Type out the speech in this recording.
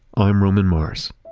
i'm roman mars